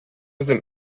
sind